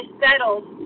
settled